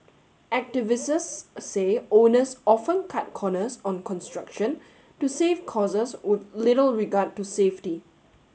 say owners often cut corners on construction to save costs with little regard to safety